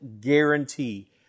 guarantee